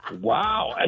Wow